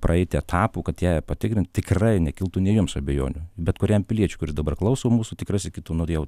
praeiti etapų kad tie patikrin tikrai nekiltų nei jums abejonių bet kuriam piliečiui kuris dabar klauso mūsų tikrai sakytų norėjau